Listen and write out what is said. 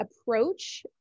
approach